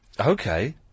Okay